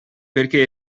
perché